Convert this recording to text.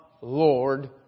Lord